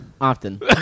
Often